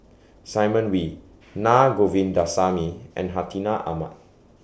Simon Wee Na Govindasamy and Hartinah Ahmad